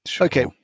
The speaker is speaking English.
Okay